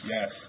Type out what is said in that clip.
Yes